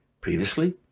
previously